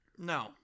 No